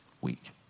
week